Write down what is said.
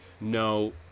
no